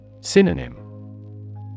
Synonym